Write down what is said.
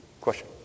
Question